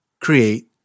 create